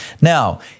Now